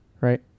Right